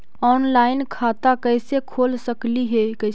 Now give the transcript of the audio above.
Online खाता कैसे खोल सकली हे कैसे?